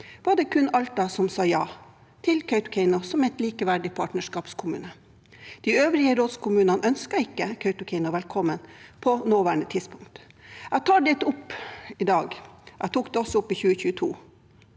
var det kun Alta som sa ja til Kautokeino som en likeverdig partnerskapskommune. De øvrige rådskommunene ønsket ikke Kautokeino velkommen – på nåværende tidspunkt. Jeg tar dette opp i dag, og jeg tok det også opp i 2022,